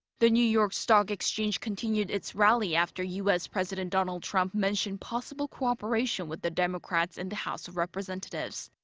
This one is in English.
the new york stock exchange continued its rally after u s. president donald trump mentioned possible cooperation with the democrats in the house of representatives.